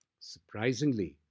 Surprisingly